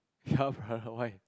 ya bruh why